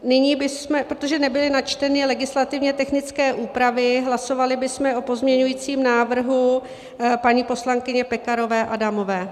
Nyní bychom, protože nebyly načteny legislativně technické úpravy, hlasovali o pozměňovacím návrhu paní poslankyně Pekarové Adamové.